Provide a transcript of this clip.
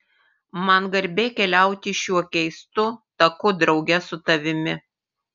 man garbė keliauti šiuo keistu taku drauge su tavimi